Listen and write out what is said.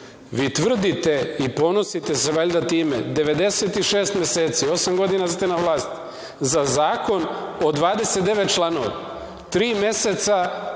Vi tvrdite i ponosite se valjda time, 96 meseci, osam godina ste na vlasti, za zakon od 29 članova. Tri meseca